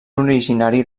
originari